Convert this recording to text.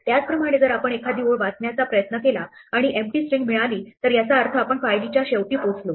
त्याचप्रमाणे जर आपण एखादी ओळ वाचण्याचा प्रयत्न केला आणि एम्पटी स्ट्रिंग मिळाली तर याचा अर्थ आपण फाईलच्या शेवटी पोहोचलो